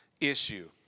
issue